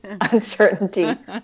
uncertainty